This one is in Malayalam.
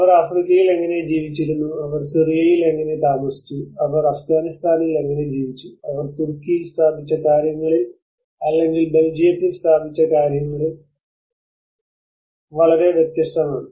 അവർ ആഫ്രിക്കയിൽ എങ്ങനെ ജീവിച്ചിരുന്നു അവർ സിറിയയിൽ എങ്ങനെ താമസിച്ചു അവർ അഫ്ഗാനിസ്ഥാനിൽ എങ്ങനെ ജീവിച്ചു അവർ തുർക്കിയിൽ സ്ഥാപിച്ച കാര്യങ്ങളിൽ അല്ലെങ്കിൽ ബെൽജിയത്തിൽ സ്ഥാപിച്ച കാര്യങ്ങളിൽ വളരെ വ്യത്യസ്തമാണ്